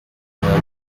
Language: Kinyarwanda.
imyaka